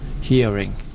hearing